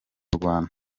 rwanda